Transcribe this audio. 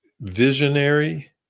visionary